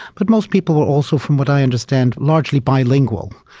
but most people were also, from what i understand, largely bilingual.